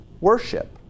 worship